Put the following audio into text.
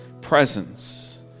presence